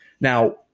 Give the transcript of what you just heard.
Now